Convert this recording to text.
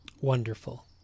wonderful